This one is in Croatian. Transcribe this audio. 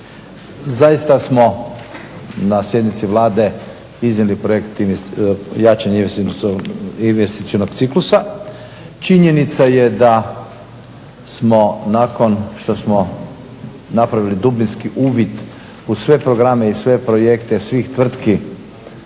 zaista smo na sjednici Vlade iznijeli projekt jačanje investicionog ciklusa. Činjenica je da smo nakon što smo napravili dubinski uvid u sve programe i sve projekte svih tvrtki